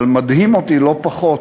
אבל מדהים אותי לא פחות,